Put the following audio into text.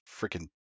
Freaking